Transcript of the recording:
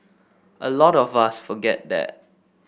a lot of us forget that